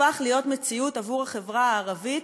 הפך להיות מציאות עבור החברה הערבית.